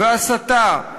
והסתה,